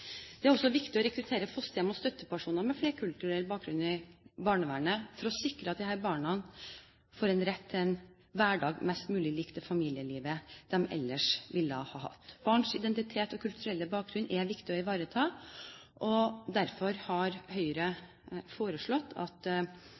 Det er også viktig å rekruttere fosterhjem og støttepersoner med flerkulturell bakgrunn i barnevernet for å sikre at disse barna får rett til en hverdag mest mulig lik det familielivet de ellers ville hatt. Barns identitet og kulturelle bakgrunn er viktig å ivareta. Derfor har Høyre